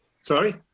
Sorry